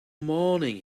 morning